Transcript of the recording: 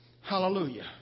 Hallelujah